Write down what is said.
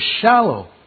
shallow